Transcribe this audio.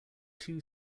two